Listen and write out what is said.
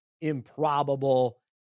improbable